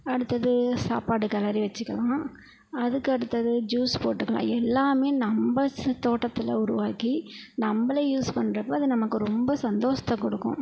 அடுத்தது சாப்பாடு கெளரி வச்சுக்கலாம் அதுக்கு அடுத்தது ஜூஸ் போட்டுக்கலாம் எல்லாமே நம்ப செ தோட்டத்தில் உருவாக்கி நம்பளே யூஸ் பண்றப்போ அது நமக்கு ரொம்ப சந்தோஸத்தை கொடுக்கும்